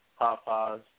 Popeye's